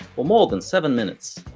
for more than seven minutes.